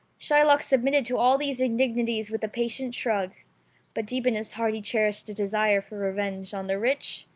shylock submitted to all these indignities with a patient shrug but deep in his heart he cherished a desire for revenge on the rich,